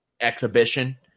exhibition